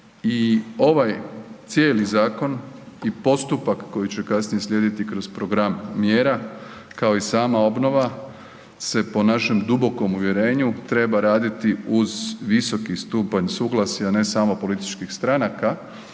i ovaj cijeli zakon i postupak koji će kasnije slijediti kroz program mjera kao i sama obnova se po našem dubokom uvjerenju treba raditi uz visoki stupanj suglasja, ne samo političkih stranaka